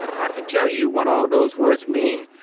i cant tell you what all those words mean,